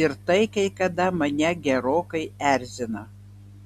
ir tai kai kada mane gerokai erzina